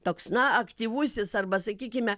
toks na aktyvusis arba sakykime